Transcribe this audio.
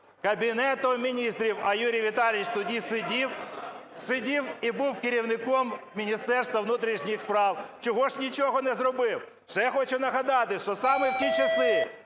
Кабінетом Міністрів! А Юрій Віталійович тоді сидів, сидів і був керівником Міністерства внутрішніх справ. Чого ж нічого не зробив? Ще хочу нагадати, що саме в ті часи